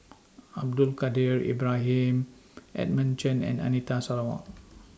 Abdul Kadir Ibrahim Edmund Chen and Anita Sarawak